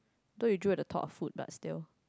though you drool at the thought of food but still